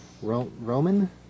Roman